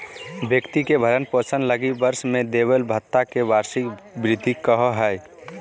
व्यक्ति के भरण पोषण लगी वर्ष में देबले भत्ता के वार्षिक भृति कहो हइ